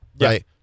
right